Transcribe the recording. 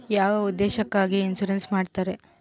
ಯಾವ ಉದ್ದೇಶಕ್ಕಾಗಿ ಇನ್ಸುರೆನ್ಸ್ ಮಾಡ್ತಾರೆ?